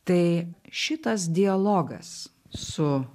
tai šitas dialogas su